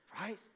Right